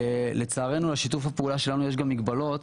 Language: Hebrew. לצערנו לשיתוף הפעולה שלנו יש גם מגבלות.